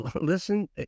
Listen